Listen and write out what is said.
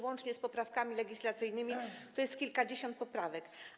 Łącznie z poprawkami legislacyjnymi jest to kilkadziesiąt poprawek.